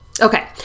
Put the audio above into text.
Okay